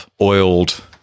oiled